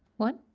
one.